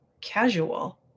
casual